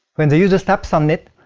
when the user taps on it,